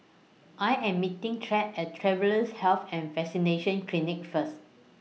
I Am meeting Trae At Travellers' Health and Vaccination Clinic First